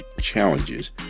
challenges